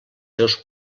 seus